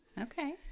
Okay